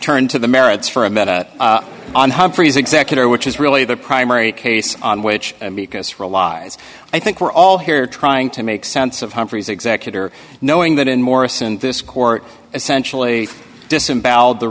turn to the merits for a minute on humphrey's executor which is really the primary case on which because realize i think we're all here trying to make sense of humphrey's executor knowing that in morrison this court essentially